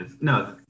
no